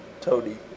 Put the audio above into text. toady